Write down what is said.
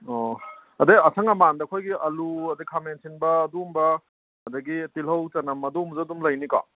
ꯑꯣ ꯑꯗꯒꯤ ꯑꯁꯪ ꯑꯃꯥꯟꯗ ꯑꯩꯈꯣꯏꯒꯤ ꯑꯥꯜꯂꯨ ꯑꯗꯒꯤ ꯈꯥꯃꯦꯟ ꯑꯁꯤꯟꯕ ꯑꯗꯨꯒꯨꯝꯕ ꯑꯗꯒꯤ ꯇꯤꯜꯍꯧ ꯆꯅꯝ ꯑꯗꯨꯒꯨꯝꯕꯗꯨ ꯑꯗꯨꯝ ꯂꯩꯅꯤꯀꯣ